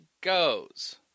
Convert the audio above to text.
goes